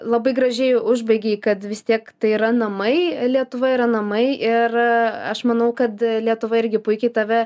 labai gražiai užbaigei kad vis tiek tai yra namai lietuva yra namai ir aš manau kad lietuva irgi puikiai tave